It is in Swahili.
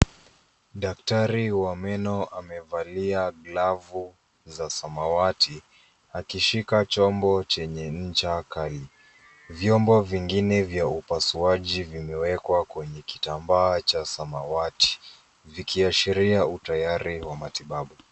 Daktari wa meno amevalia glavu za samawati akishika chombo chenye ncha kali. Vyombo vingine vya upasuaji vimeekwa kwenye kitambaa cha samawati, vikiashiria utayari wa matibabu.